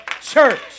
church